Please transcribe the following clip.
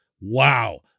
wow